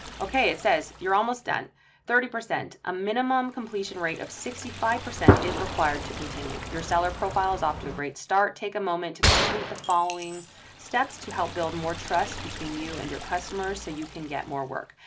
okay, it says you're almost done thirty, a minimum completion rate of sixty five percent is required to continue your seller profile is off to a great start. take a moment to complete the following steps to help build more trust between you and your customers so you can get more work.